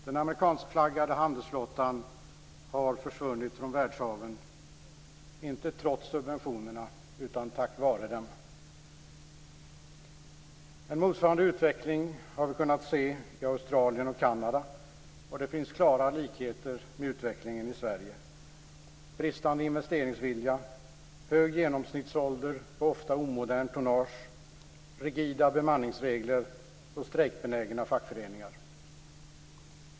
Den amerikanskflaggade handelsflottan har försvunnit från världshaven, inte trots subventionerna utan på grund av dem. En motsvarande utveckling har vi kunna se i Australien och Kanada, och det finns klara likheter med utvecklingen i Sverige, bristande investeringsvilja, hög genomsnittsålder på ofta omodernt tonnage, rigida bemanningsregler och strejkbenägna fackföreningar.